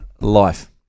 life